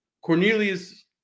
Cornelius